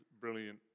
brilliant